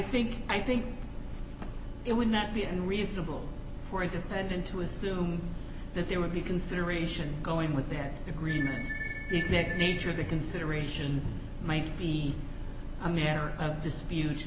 think i think it would not be unreasonable for a defendant to assume that there would be consideration going with their degree big big nature to consideration might be a matter of dispute